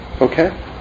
Okay